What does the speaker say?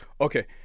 okay